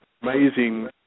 amazing